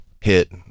hit